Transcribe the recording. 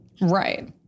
Right